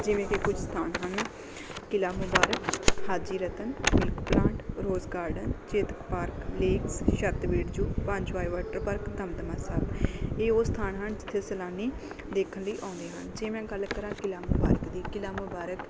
ਜਿਵੇਂ ਕਿ ਕੁਝ ਸਥਾਨ ਹਨ Qila Mubarak Haji Ratan milk plant rose garden Chetak park lakes Chhatbir zoo ਪੰਜਵਾਏ ਵਾਟਰ ਪਾਰਕ ਦਮਦਮਾ ਸਾਹਿਬ ਇਹ ਉਹ ਸਥਾਨ ਹਨ ਜਿੱਥੇ ਸੈਲਾਨੀ ਦੇਖਣ ਲਈ ਆਉਂਦੇ ਹਨ ਜੇ ਮੈਂ ਗੱਲ ਕਰਾਂ ਕਿਲ੍ਹਾ ਮੁਬਾਰਕ ਦੀ ਕਿਲ੍ਹਾ ਮੁਬਾਰਕ